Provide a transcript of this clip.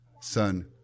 son